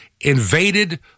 invaded